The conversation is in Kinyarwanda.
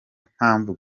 mpamvu